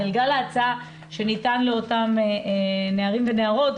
גלגל ההצלה שניתן לאותם נערים ונערות,